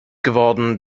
geworden